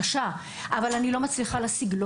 אבל אני לא מצליחה להשיג צוות,